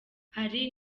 hari